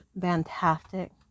fantastic